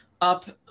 up